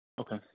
Okay